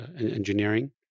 engineering